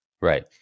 right